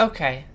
Okay